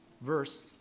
verse